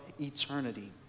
eternity